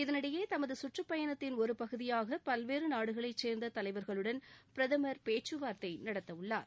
இதனிடையே தமது சுற்றுப் பயணத்தின் ஒரு பகுதியாக பல்வேறு நாடுகளை சேர்ந்த தலைவர்களுடன் பிரதமர் பேச்சுவார்த்தை நடத்த உள்ளார்